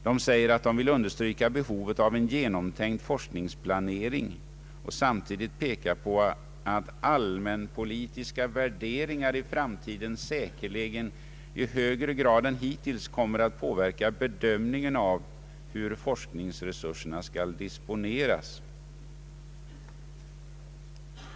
Utskottet understryker behovet av en genomtänkt <forskningsplanering och pekar samtidigt på att allmänpolitiska värderingar i framtiden säkerligen i högre grad än hittills kommer att påverka bedömningen av hur forskningsresurserna skall disponeras.